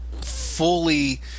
fully